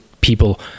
people